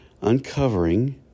uncovering